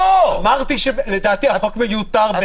אמרתי שלדעתי החוק מיותר.